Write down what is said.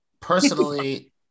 personally